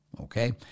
okay